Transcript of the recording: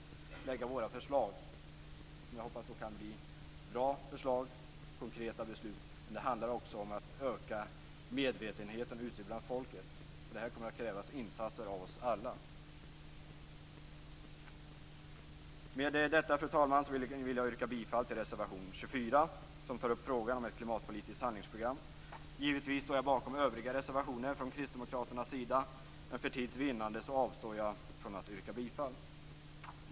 Jag hoppas att det blir bra förslag som leder till konkreta beslut. Men det handlar också om att öka medvetenheten ute bland folket. Här kommer det att krävas insatser av oss alla. Fru talman! Med detta vill jag yrka bifall till reservation nr 24, som tar upp frågan om ett klimatpolitiskt handlingsprogram. Givetvis står jag bakom övriga reservationer från kristdemokraterna, men för tids vinnande avstår jag från att yrka bifall till dem.